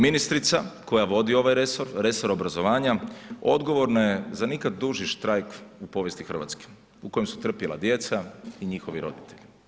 Ministrica koja vodi ovaj resor, resor obrazovanja odgovorna je za nikad duži štrajk u povijesti Hrvatske u kojem su trpjela djeca i njihovi roditelji.